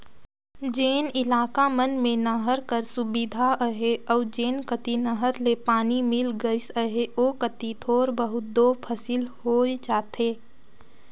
जेन इलाका मन में नहर कर सुबिधा अहे अउ जेन कती नहर ले पानी मिल गइस अहे ओ कती थोर बहुत दो फसिल होए जाथे